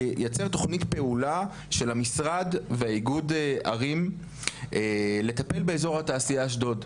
לייצר תוכנית פעולה של המשרד והאיגוד ערים לטפל באזור התעשייה אשדוד,